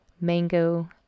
mango